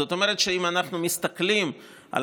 זאת אומרת שאם אנחנו מסתכלים על